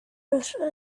russia